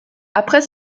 après